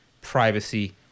privacy